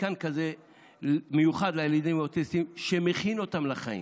מתקן מיוחד לילדים האוטיסטים, שמכין אותם לחיים,